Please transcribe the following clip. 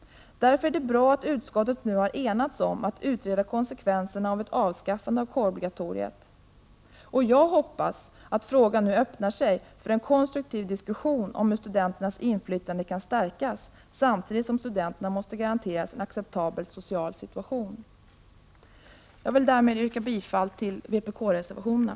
Därför är det bra att utskottet nu har enats om att utreda konsekvenserna av ett avskaffande av kårobligatoriet. Jag hoppas att frågan öppnar sig för en konstruktiv diskussion om hur studenternas inflytande kan stärkas samtidigt som studenterna måste garanteras en acceptabel social situation. Jag vill därmed yrka bifall till vpk-reservationen.